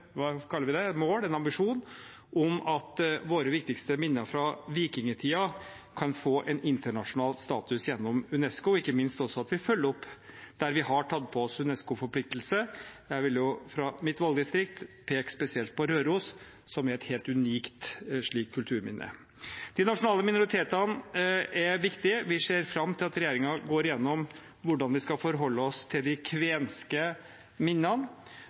mål eller en ambisjon om at våre viktigste minner fra vikingtiden kan få en internasjonal status gjennom UNESCO, og ikke minst at vi også følger opp der vi har tatt på oss en UNESCO-forpliktelse. Jeg vil da i mitt valgdistrikt peke spesielt på Røros, som er et helt unikt slikt kulturminne. De nasjonale minoritetene er viktige. Vi ser fram til at regjeringen går igjennom hvordan vi skal forholde oss til de kvenske minnene,